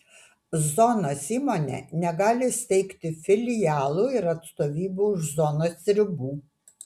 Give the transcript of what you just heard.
zonos įmonė negali steigti filialų ir atstovybių už zonos ribų